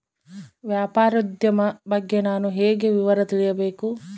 ವ್ಯಾಪಾರೋದ್ಯಮ ಬಗ್ಗೆ ನಾನು ಹೇಗೆ ವಿವರ ತಿಳಿಯಬೇಕು?